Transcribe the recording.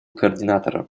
координатора